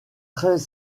très